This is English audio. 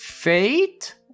Fate